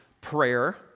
prayer